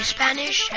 Spanish